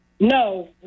No